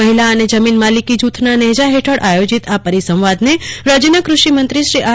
મહિલા અને જમીન માલિકી જૂથના નેજા હેઠળ આયોજિત આ પરિસંવાદને રાજ્યના કૂષિ મંત્રી શ્રી આર